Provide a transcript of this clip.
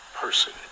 person